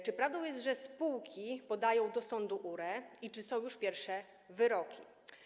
Czy prawdą jest, że spółki podają URE do sądu, i czy są już pierwsze wyroki?